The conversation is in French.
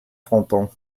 fronton